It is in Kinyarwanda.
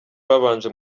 babanje